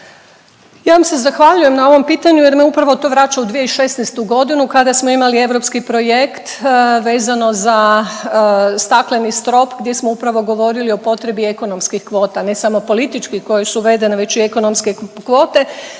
Ja vam se zahvaljujem na ovom pitanju, jer me upravo to vraća u 2016. godinu kada smo imali europski projekt vezano za stakleni strop gdje smo upravo govorili o potrebi ekonomskih kvota ne samo političkih koje su uvedene već i ekonomske kvote.